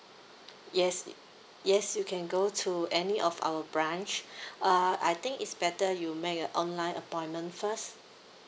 yes yes you can go to any of our branch uh I think it's better you make a online appointment first